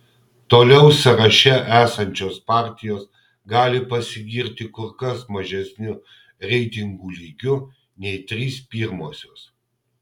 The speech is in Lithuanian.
toliau sąraše esančios partijos gali pasigirti kur kas mažesniu reitingų lygiu nei trys pirmosios